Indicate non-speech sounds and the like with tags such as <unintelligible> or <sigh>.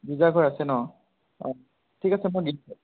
গীৰ্জা ঘৰ আছে ন অঁ ঠিক আছে মই <unintelligible>